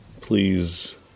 please